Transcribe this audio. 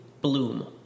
Bloom